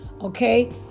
Okay